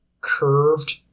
curved